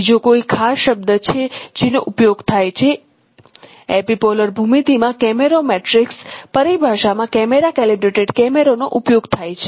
બીજો કોઈ ખાસ શબ્દ છે જેનો ઉપયોગ થાય છે એપિપોલર ભૂમિતિ માં કેમેરો મેટ્રિક્સ પરિભાષા માં કેમેરા કેલિબ્રેટેડ કેમેરો નો ઉપયોગ થાય છે